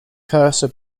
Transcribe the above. cursor